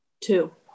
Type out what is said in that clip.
two